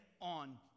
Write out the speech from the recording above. on